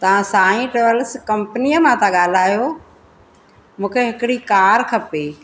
तव्हां साईं ट्रैवल्स कंपनीअ मां था ॻाल्हायो मूंखे हिकिड़ी कार खपे